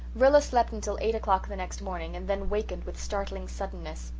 rilla slept until eight o'clock the next morning and then wakened with startling suddenness.